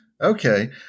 Okay